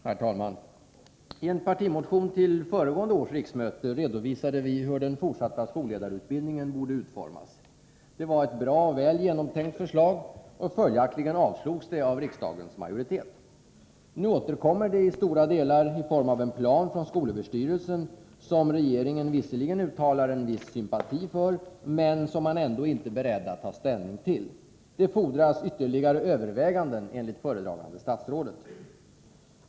Herr talman! I en partimotion till föregående års riksmöte redovisade vi hur den fortsatta skolledarutbildningen borde utformas. Det var ett bra och genomtänkt förslag, och följaktligen avslogs det av riksdagens majoritet. Nu återkommer det i stora delar i form av en plan från skolöverstyrelsen som regeringen visserligen uttalar en viss sympati för, men som man ändå inte är beredd att ta ställning till. Det fordras ytterligare överväganden enligt föredragande statsrådet.